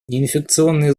неинфекционные